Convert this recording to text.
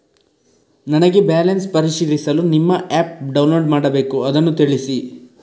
ನನಗೆ ಬ್ಯಾಲೆನ್ಸ್ ಪರಿಶೀಲಿಸಲು ನಿಮ್ಮ ಆ್ಯಪ್ ಡೌನ್ಲೋಡ್ ಮಾಡಬೇಕು ಅದನ್ನು ತಿಳಿಸಿ?